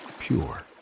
pure